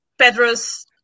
Pedro's